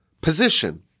position